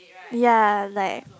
ya like